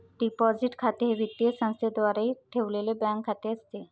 deposit खाते हे वित्तीय संस्थेद्वारे ठेवलेले बँक खाते असते